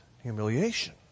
humiliation